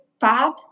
path